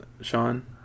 Sean